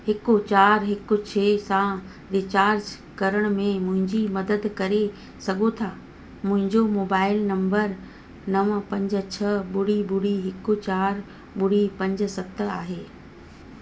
हिकु चार हिकु छह सां रीचार्ज करण में मुंहिंजी मदद करे सघो था मुंहिंजो मोबाइल नम्बर नवं पंज छह ॿुड़ी ॿुड़ी हिकु चार ॿुड़ी पंज सत आहे